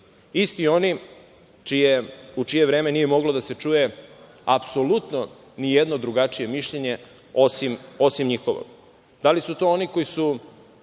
Isti oni u čije vreme nije moglo da se čuje apsolutno nijedno drugačije mišljenje osim njihovog. Da li su to oni koji su